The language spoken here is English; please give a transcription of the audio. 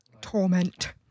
torment